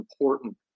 important